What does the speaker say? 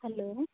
hello